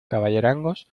caballerangos